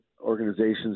organizations